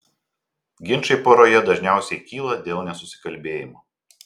ginčai poroje dažniausiai kyla dėl nesusikalbėjimo